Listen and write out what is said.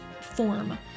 form